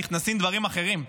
נכנסים דברים אחרים.